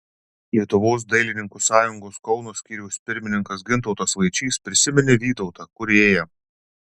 lietuvos dailininkų sąjungos kauno skyriaus pirmininkas gintautas vaičys prisiminė vytautą kūrėją